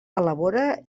elabora